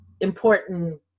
important